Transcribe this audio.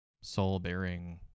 soul-bearing